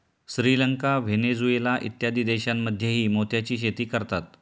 Sri Lanka, Venezuela इत्यादी देशांमध्येही मोत्याची शेती करतात